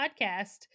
podcast